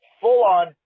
full-on